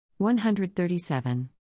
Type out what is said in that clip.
137